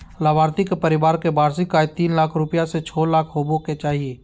लाभार्थी के परिवार के वार्षिक आय तीन लाख रूपया से छो लाख होबय के चाही